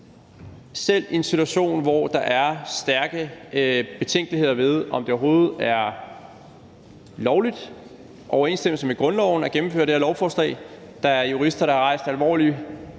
Selv i en situation, hvor der er stærke betænkeligheder ved, om det overhovedet er lovligt, i overensstemmelse med grundloven at gennemføre det her lovforslag – der er jurister, der har rejst alvorlig